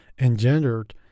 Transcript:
engendered